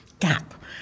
gap